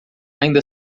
ainda